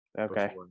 Okay